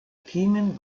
themen